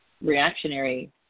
reactionary